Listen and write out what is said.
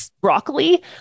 broccoli